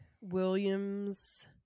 Williams